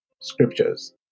Scriptures